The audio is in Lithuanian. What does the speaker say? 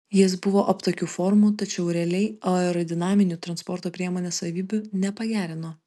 jis buvo aptakių formų tačiau realiai aerodinaminių transporto priemonės savybių nepagerino